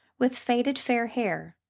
with faded fair hair,